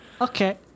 Okay